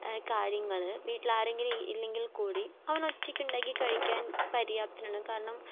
കാര്യങ്ങൾ വീട്ടിൽ ആരെങ്കിലും ഇല്ലെങ്കിൽ കൂടി അവൻ ഒറ്റക്ക് ഉണ്ടാക്കി കഴിക്കാൻ പര്യാപ്തനാണ് കാരണം